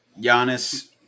Giannis